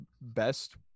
best